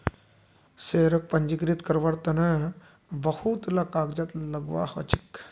शेयरक पंजीकृत कारवार तन बहुत ला कागजात लगव्वा ह छेक